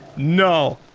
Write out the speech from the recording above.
no.